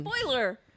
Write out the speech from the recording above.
Spoiler